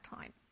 time